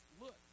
look